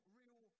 real